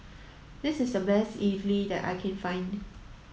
this is the best idly that I can find